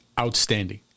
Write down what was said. outstanding